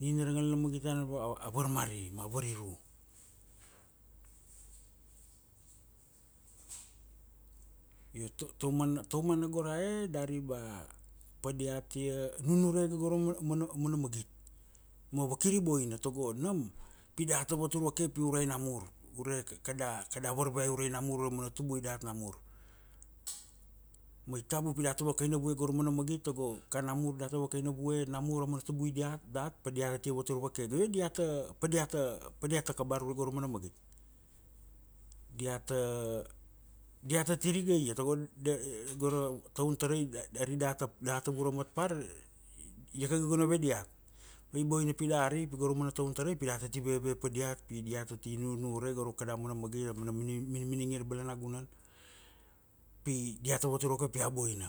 nina ra ngal na magit tana go a varmari ma variru. Ia ta, taumana go ra e dari ba, padiata nunure ge gora mana mana mana magit. Ma vakiri boina tago, nam pi data vatur vake pi ure namur. Ure kada, kada varvai ure namur ure ra mana tubui dat namur. Ma i tabu pi data vakaina vue go ra mana magit tago, kanamur data vakaina vue namur amana tubui diat, dat pa diatate vatur vake. Io diata, padiata, padiata kabara ure go ra mana magit. Diata, diata tiri iga ia tago da, gora taun tarai bea ari data, data vura mat par, ia gal go na ve diat. Ma i boina pi dari pi go ra mana taun tarai pi data ti veve pa diat pi diata ti nunure go ra kada mana magit a mana minminingi ra balanagunan, pi diata vatur vake pi a boina.